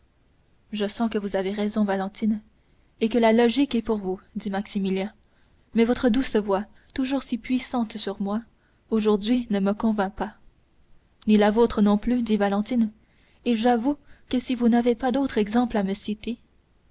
je sens que vous avez raison valentine et que la logique est pour vous dit maximilien mais votre douce voix toujours si puissante sur moi aujourd'hui ne me convainc pas ni la vôtre non plus dit valentine et j'avoue que si vous n'avez pas d'autre exemple à